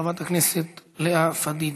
חברת הכנסת לאה פדידה.